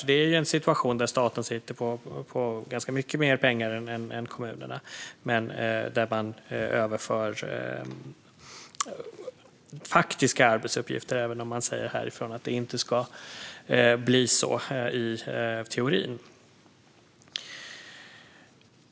Vi har en situation där staten sitter på ganska mycket mer pengar än kommunerna men där man överför faktiska arbetsuppgifter, även om man härifrån säger att det inte ska bli så i teorin.